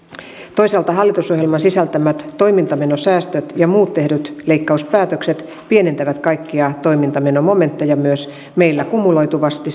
toisaalta hallitusohjelman sisältämät toimintamenosäästöt ja muut tehdyt leikkauspäätökset pienentävät kaikkia toimintamenomomentteja myös meillä kumuloituvasti